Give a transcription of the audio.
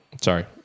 sorry